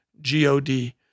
G-O-D